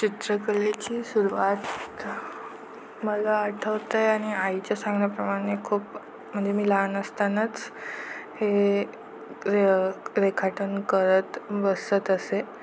चित्रकलेची सुरवात मला आठवतं आहे आणि आईच्या सांगण्याप्रमाणे खूप म्हणजे मी लहान असतानाच हे रे रेखाटन करत बसत असे